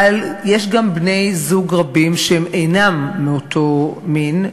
אבל יש גם בני-זוג רבים שאינם מאותו מין,